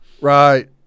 Right